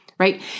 right